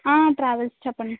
travels చెప్పండి